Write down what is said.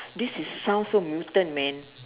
this is sound so mutant man